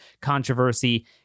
controversy